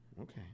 Okay